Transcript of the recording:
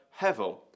hevel